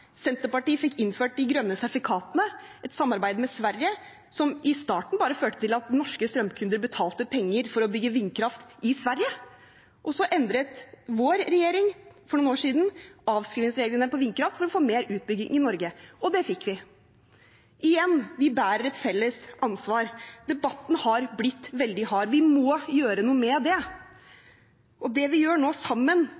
Senterpartiet fikk innført de grønne sertifikatene, et samarbeid med Sverige, som i starten bare førte til at norske strømkunder betalte penger for å bygge vindkraft i Sverige. Og så endret vår regjering for noen år siden avskrivningsreglene på vindkraft for å få mer utbygging i Norge. Og det fikk vi. Igjen: Vi bærer et felles ansvar. Debatten har blitt veldig hard. Vi må gjøre noe med